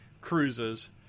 cruises